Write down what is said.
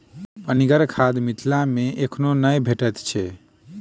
पनिगर खाद मिथिला मे एखनो नै भेटैत छै